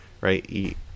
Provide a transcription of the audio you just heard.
Right